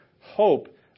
hope